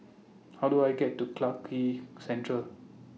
How Do I get to Clarke Quay Central